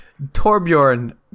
Torbjorn